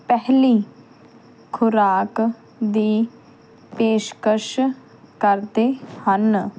ਪਹਿਲੀ ਖੁਰਾਕ ਦੀ ਪੇਸ਼ਕਸ਼ ਕਰਦੇ ਹਨ